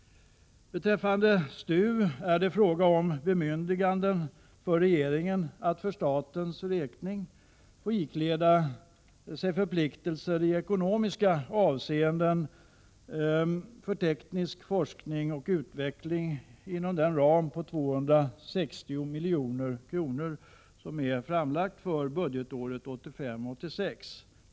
Beträffande STU vill jag framhålla att det ju rör sig om bemyndiganden för regeringen att för statens räkning få ikläda sig förpliktelser i ekonomiska avseenden för teknisk forskning och utveckling inom den ram på 260 milj.kr. som föreslagits för budgetåret 1985/86.